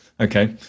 Okay